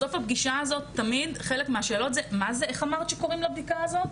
בסוף הפגישה הזאת תמיד השאלה היא: איך אמרת שקוראים לבדיקה הזאת?